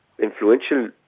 influential